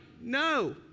No